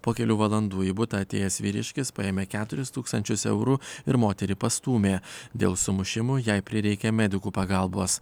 po kelių valandų į butą atėjęs vyriškis paėmė keturis tūkstančius eurų ir moterį pastūmė dėl sumušimų jai prireikė medikų pagalbos